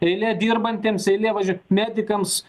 eilė dirbantiems eilė važiuot medikams